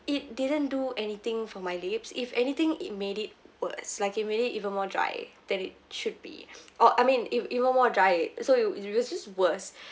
it didn't do anything for my lips if anything it made it worse like it made it even more dry than it should be or I mean ev~ even more dry so it it was just worse